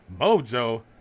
Mojo